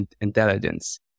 intelligence